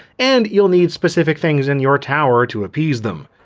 and you'll need specific things in your tower to appease them.